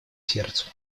сердцу